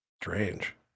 Strange